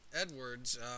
Edwards